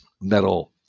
metal